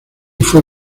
fue